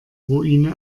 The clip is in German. ruine